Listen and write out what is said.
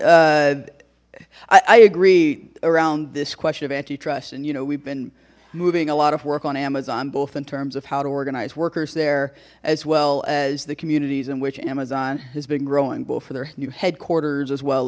don't i i agree around this question of antitrust and you know we've been moving a lot of work on amazon both in terms of how to organize workers there as well as the communities in which amazon has been growing both for their new headquarters as well